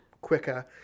quicker